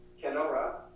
Kenora